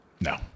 No